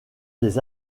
des